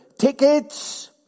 Tickets